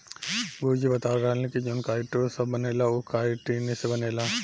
गुरु जी बतावत रहलन की जवन काइटो सभ बनेला उ काइतीने से बनेला